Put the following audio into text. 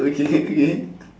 okay okay